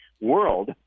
world